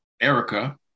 Erica